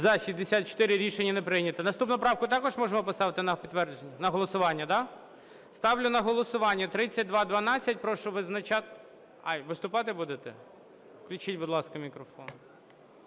За-64 Рішення не прийнято. Наступну правку також можемо поставити на голосування, да? Ставлю на голосування 3212. Прошу визначатися… А, виступати будете? Включіть, будь ласка, мікрофон.